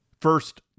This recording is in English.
first